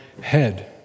head